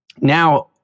now